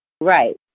Right